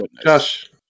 Josh